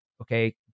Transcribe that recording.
Okay